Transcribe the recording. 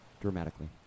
dramatically